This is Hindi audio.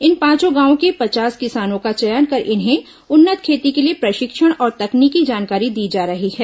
इन पांचों गांवों के पचास किसानों का चयन कर इन्हें उन्नत खेती के लिए प्रशिक्षण और तकनीकी जानकारी दी जा रही है